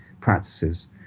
practices